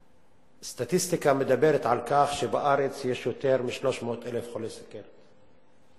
הסטטיסטיקה מדברת על כך שבארץ יש יותר מ-300,000 חולי סוכרת.